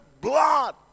blood